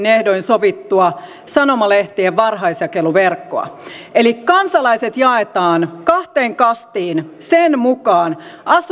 ehdoin sovittua sanomalehtien varhaisjakeluverkkoa eli kansalaiset jaetaan kahteen kastiin sen mukaan